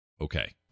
Okay